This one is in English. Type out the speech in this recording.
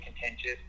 contentious